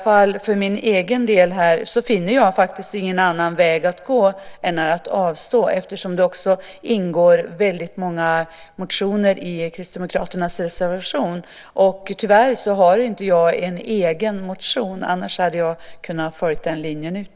För min egen del finner jag ingen annan väg att gå än att avstå, eftersom det ingår många motioner i Kristdemokraternas reservation. Tyvärr har jag inte en egen motion. Annars hade jag kunnat följa den linjen ut.